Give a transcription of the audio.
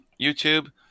YouTube